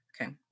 okay